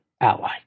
ally